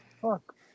Fuck